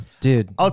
Dude